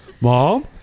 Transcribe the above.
Mom